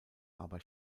aber